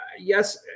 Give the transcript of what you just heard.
yes